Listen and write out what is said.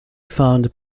found